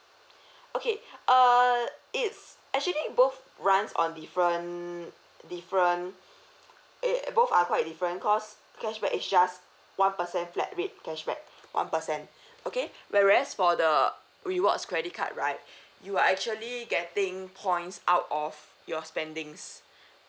okay err it's actually both runs on different different it both are quite different cause cashback is just one per cent flat rate cashback one percent okay whereas for the rewards credit card right you are actually getting points out of your spendings